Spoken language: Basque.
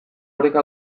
oreka